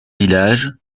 villages